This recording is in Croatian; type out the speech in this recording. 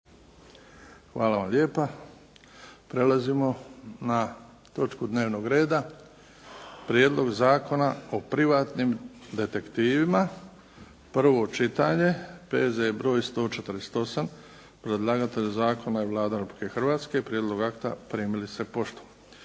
Luka (HDZ)** Prelazimo na točku dnevnog reda - Prijedlog Zakona o privatnim detektivima, prvo čitanje, P.Z.E. br. 148 Predlagatelj zakona je Vlada Republike Hrvatske. Prijedlog akta primili ste poštom.